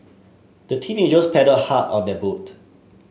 the teenagers paddled hard on their boat